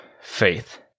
faith